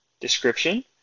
description